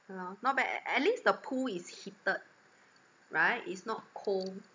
ya lor not bad eh at least the pool is heated right it's not cold